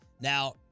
Now